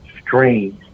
strange